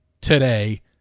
today